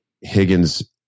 Higgins